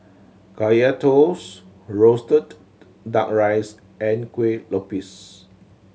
Kaya Toast roasted Duck Rice and Kueh Lopes